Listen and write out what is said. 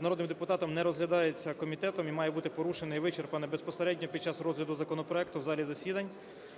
народним депутатом… не розглядається комітетом, і має бути порушений вичерпно безпосередньо під час розгляду законопроекту в залі засідань